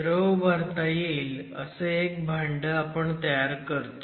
द्रव भरता येईल असं एक भांडं आपण तयार करतो